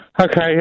Okay